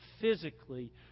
physically